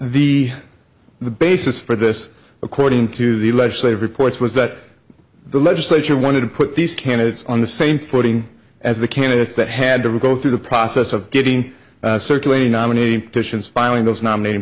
the the basis for this according to the legislative reports was that the legislature wanted to put these candidates on the same footing as the candidates that had to go through the process of getting circulated nominee titian's filing those nominat